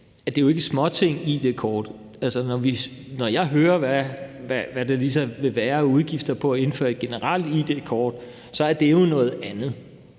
id-kort jo ikke er småting? Altså, når jeg hører, hvad der ligesom vil være af udgifter for at indføre et generelt id-kort, er det jo noget andet.